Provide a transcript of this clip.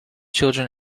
children